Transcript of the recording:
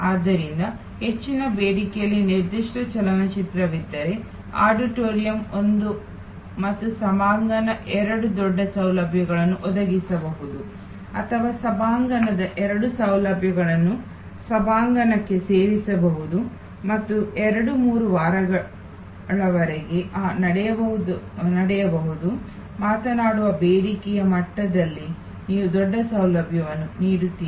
ಆದ್ದರಿಂದ ಹೆಚ್ಚಿನ ಬೇಡಿಕೆಯಲ್ಲಿ ನಿರ್ದಿಷ್ಟ ಚಲನಚಿತ್ರವಿದ್ದರೆ ಆಡಿಟೋರಿಯಂ ಒಂದು ಮತ್ತು ಸಭಾಂಗಣ ಎರಡು ದೊಡ್ಡ ಸೌಲಭ್ಯವನ್ನು ಒದಗಿಸಬಹುದು ಅಥವಾ ಸಭಾಂಗಣದ ಎರಡು ಸೌಲಭ್ಯವನ್ನು ಸಭಾಂಗಣಕ್ಕೆ ಸೇರಿಸಬಹುದು ಮತ್ತು 2 3 ವಾರಗಳವರೆಗೆ ಆ ನಡೆಯಾಗಬಹುದು ಮಾತನಾಡುವ ಬೇಡಿಕೆಯ ಮಟ್ಟದಲ್ಲಿ ನೀವು ದೊಡ್ಡ ಸೌಲಭ್ಯವನ್ನು ನೀಡುತ್ತಿರುವಿರಿ